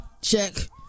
check